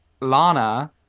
lana